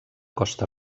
costa